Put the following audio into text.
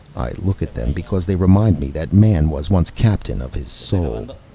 i look at them because they remind me that man was once captain of his soul.